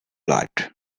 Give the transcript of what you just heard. light